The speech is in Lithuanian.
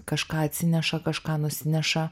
kažką atsineša kažką nusineša